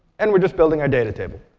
and we're just building our data table.